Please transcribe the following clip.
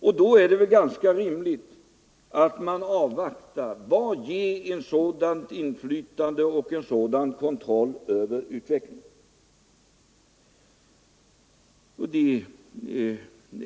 Och då är det väl ganska rimligt att avvakta vad detta inflytande och denna kontroll över utvecklingen kan ge.